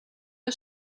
der